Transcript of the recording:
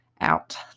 out